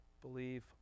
Believe